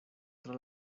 tra